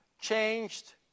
changed